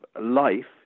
life